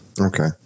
Okay